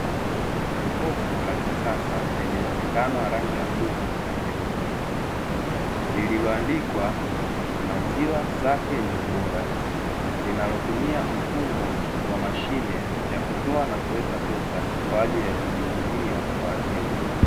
Jokofu la kisasa lenye muonekano wa rangi ya bluu na nyeupe, lililoandikwa maziwa safi yenye ubora linalotumia mfumo wa mashine ya kutoa na kuweka pesa kwa ajili ya kujihudumia kwa wateja